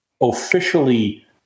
officially